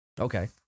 Okay